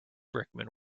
brickman